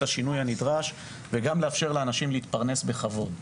השינוי הנדרש וגם לאפשר לאנשים להתפרנס בכבוד.